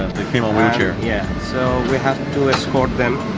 came in wheelchair. yeah, so we have to escort them,